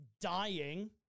dying